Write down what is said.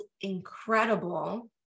incredible